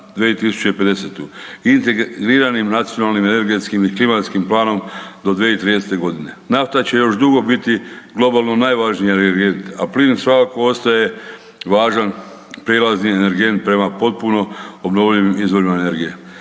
2050. integriranim nacionalnim energetskim i klimatskim planom do 2030.g. Nafta će još dugo biti globalno najvažniji energent, a plin svakako ostaje važan prijelazni energent prema potpuno obnovljivim izvorima energije.